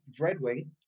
Dreadwing